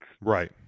Right